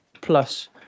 plus